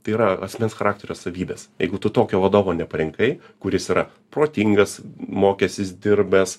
tai yra asmens charakterio savybės jeigu tu tokio vadovo neparinkai kuris yra protingas mokęsis dirbęs